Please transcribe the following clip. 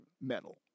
metal